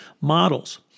models